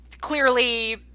clearly